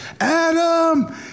Adam